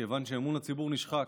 מכיוון שאמון הציבור נשחק.